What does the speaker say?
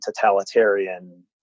totalitarian